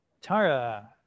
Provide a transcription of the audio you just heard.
Tara